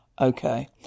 Okay